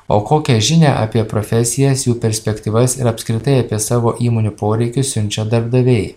o kokią žinią apie profesijas jų perspektyvas ir apskritai apie savo įmonių poreikius siunčia darbdaviai